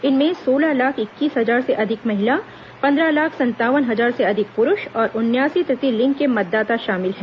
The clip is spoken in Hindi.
इनमें सोलह लाख इक्कीस हजार से अधिक महिला पंद्रह लाख संतावन हजार से अधिक पुरूष और उनयासी तृतीय लिंग के मतदाता शामिल हैं